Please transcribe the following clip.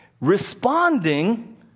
responding